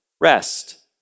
rest